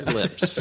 lips